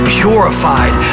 purified